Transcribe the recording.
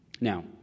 Now